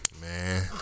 Man